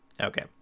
Okay